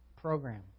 program